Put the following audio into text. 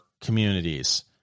communities